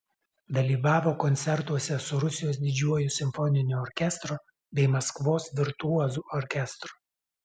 dalyvavo koncertuose su rusijos didžiuoju simfoniniu orkestru bei maskvos virtuozų orkestru